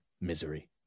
misery